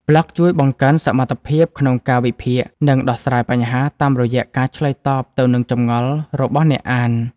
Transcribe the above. ប្លក់ជួយបង្កើនសមត្ថភាពក្នុងការវិភាគ និងដោះស្រាយបញ្ហា តាមរយៈការឆ្លើយតបទៅនឹងចម្ងល់របស់អ្នកអាន។